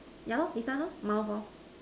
ya loh this one loh mouth or